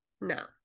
no